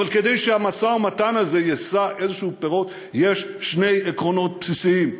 אבל כדי שהמשא-ומתן הזה יישא פירות יש שני עקרונות בסיסיים: